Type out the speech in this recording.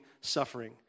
suffering